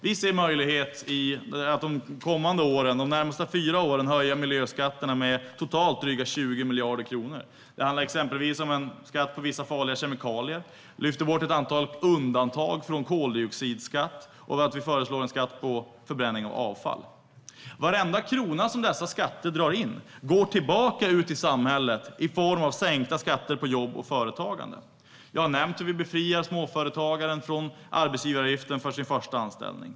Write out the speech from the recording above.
Vi ser en möjlighet att de närmaste fyra åren höja miljöskatterna med totalt drygt 20 miljarder kronor. Det handlar exempelvis om en skatt på vissa farliga kemikalier. Vi lyfter bort ett antal undantag från koldioxidskatt. Och vi föreslår en skatt på förbränning och avfall. Varenda krona som dessa skatter drar in går tillbaka ut till samhället i form av sänkta skatter på jobb och företagande. Jag har nämnt hur vi befriar småföretagaren från arbetsgivaravgiften för den första anställningen.